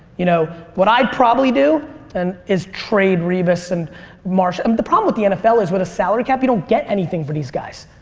you know what i'd probably do and is trade revis and marshall. the problem with the nfl is with a salary cap you don't get anything for these guys.